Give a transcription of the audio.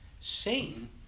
Satan